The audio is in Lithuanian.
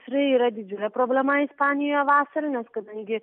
tai yra didžiulė problema ispanijoje vasarą nes kadangi